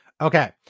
Okay